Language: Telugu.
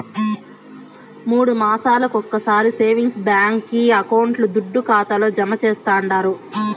మూడు మాసాలొకొకసారి సేవింగ్స్ బాంకీ అకౌంట్ల దుడ్డు ఖాతాల్లో జమా చేస్తండారు